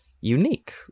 unique